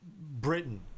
Britain